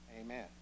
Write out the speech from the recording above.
amen